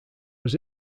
was